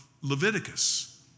Leviticus